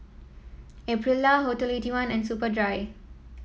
Aprilia Hotel Eighty one and Superdry